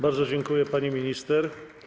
Bardzo dziękuję, pani minister.